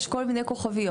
יש כל מיני כוכביות.